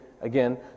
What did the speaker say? again